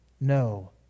no